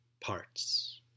parts